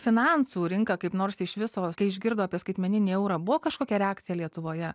finansų rinka kaip nors iš viso kai išgirdo apie skaitmeninį eurą buvo kažkokia reakcija lietuvoje